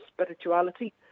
spirituality